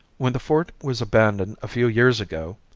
when the fort was abandoned a few years ago,